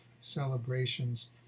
celebrations